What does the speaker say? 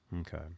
okay